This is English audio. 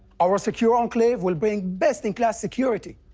our secure enclave will bring best-in-class security,